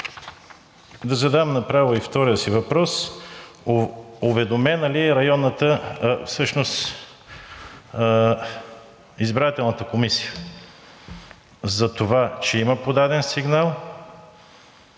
Да задам направо и втория си въпрос. Уведомена ли е избирателната комисия за това, че има подаден сигнал,